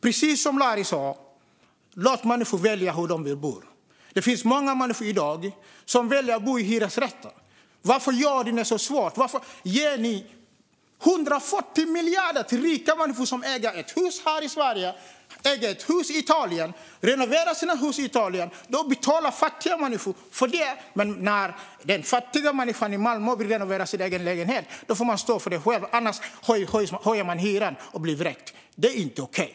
Precis som Larry sa: Låt människor välja hur de vill bo! Det finns många människor i dag som väljer att bo i hyresrätter. Varför gör ni det så svårt? Varför ger ni 140 miljarder till rika människor som äger ett hus här i Sverige och ett i Italien, renoverar sitt hus i Italien och betalar fattiga människor för det? Men den fattiga människan i Malmö som vill renovera sin egen lägenhet får stå för det själv. Annars höjs hyran, och man blir vräkt. Det är inte okej.